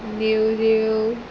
नेवऱ्यो